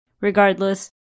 Regardless